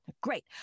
Great